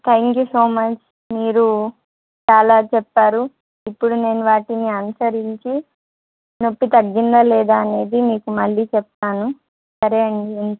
thank you so much మీరు చాలా చెప్పారు ఇప్పుడు నేను వాటిని అనుసరించి నొప్పి తగ్గిందా లేదా అనేది మీకు మళ్ళీ చెప్తాను సరే అండి